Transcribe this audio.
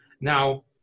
Now